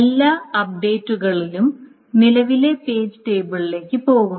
എല്ലാ അപ്ഡേറ്റുകളും നിലവിലെ പേജ് ടേബിളിലേക്ക് പോകുന്നു